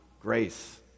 grace